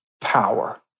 power